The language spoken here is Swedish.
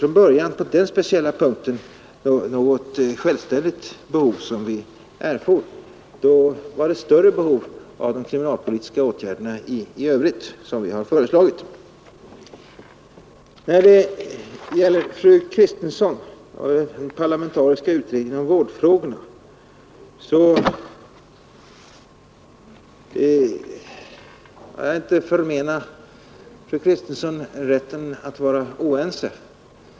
Jag förmenar inte fru Kristensson rätten att vara oense med mig i fråga om den parlamentariska utredningen om vårdfrågorna.